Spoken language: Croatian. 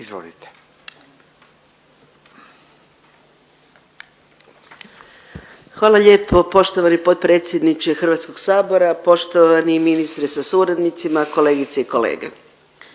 (GLAS)** Hvala lijepo. Poštovani potpredsjedniče HS-a, poštovani ministre sa suradnicima, kolegice i kolege.